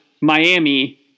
Miami